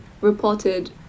reported